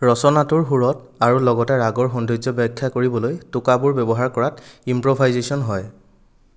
ৰচনাটোৰ সুৰত আৰু লগতে ৰাগৰ সৌন্দৰ্য ব্যাখ্যা কৰিবলৈ টোকাবোৰ ব্যৱহাৰ কৰাত ইম্প্ৰভাইজেচন হয়